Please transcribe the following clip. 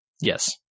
Yes